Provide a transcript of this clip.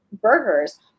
burgers